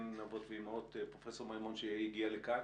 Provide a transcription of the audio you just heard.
אבות ואימהות" פרופ' מימון שהגיע לכאן